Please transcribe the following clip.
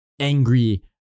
angry